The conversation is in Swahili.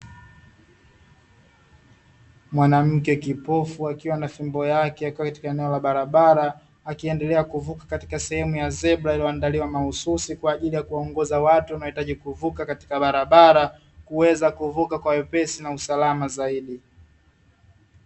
Mwanamke kipofu akiwa na fimbo yake akiwa katika eneo la barabara, akiendelea kuvuka katika sehemu ya zebra iliyoandaliwa mahususi kwa ajili ya kuwaongoza watu wanaohitaji kuvuka katika barabara, kuweza kuvuka kwa wepesi na usalama zaidi.